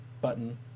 button